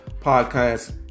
podcast